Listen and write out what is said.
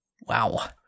Wow